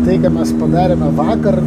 tai ką mes padarėme vakar